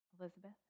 Elizabeth